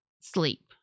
sleep